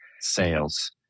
sales